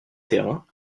terrain